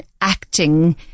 acting